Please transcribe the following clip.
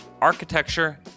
architecture